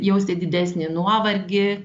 jausti didesnį nuovargį